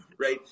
right